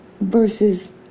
versus